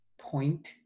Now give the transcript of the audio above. point